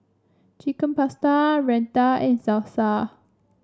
Chicken Pasta Raita and Salsa